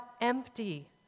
empty